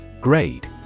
Grade